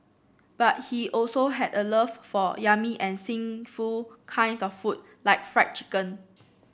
but he also had a love for yummy and sinful kinds of food like fried chicken